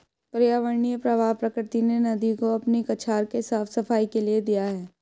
पर्यावरणीय प्रवाह प्रकृति ने नदी को अपने कछार के साफ़ सफाई के लिए दिया है